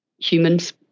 humans